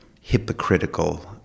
hypocritical